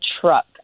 truck